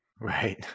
Right